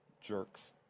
jerks